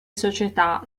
società